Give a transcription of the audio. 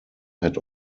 had